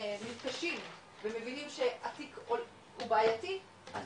מתקשים ומבינים שהתיק הוא בעייתי אז